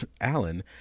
Alan